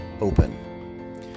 open